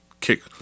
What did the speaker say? kick